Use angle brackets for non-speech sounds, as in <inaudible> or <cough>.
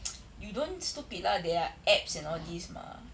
<noise> you don't stupid lah there are apps and all these mah